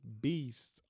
beast